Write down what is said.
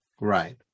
Right